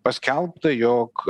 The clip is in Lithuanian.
paskelbta jog